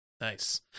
nice